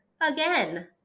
again